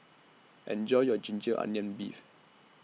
Enjoy your Ginger Onions Beef